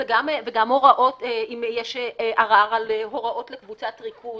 וגם הוראות אם יש ערר על הוראות לקבוצת ריכוז,